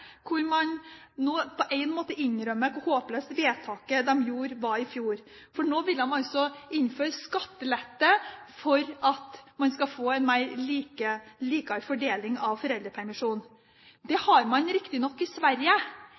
hvor man nå på en måte innrømmer hvor håpløst vedtaket man gjorde i fjor var. Nå vil de altså innføre skattelette for at man skal få en likere fordeling av foreldrepermisjonen. Det har man riktignok i Sverige,